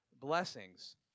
blessings